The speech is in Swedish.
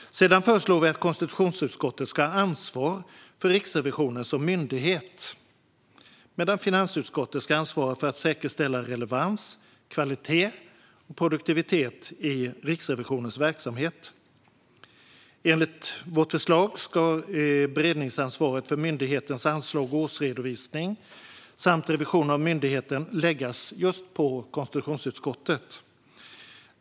Vi föreslår även att konstitutionsutskottet ska ha ansvar för Riksrevisionen som myndighet medan finansutskottet ska ansvara för att säkerställa relevans, kvalitet och produktivitet i Riksrevisionens verksamhet. Enligt vårt förslag ska beredningsansvaret för myndighetens anslag och årsredovisning samt revision av myndigheten läggas på konstitutionsutskottet.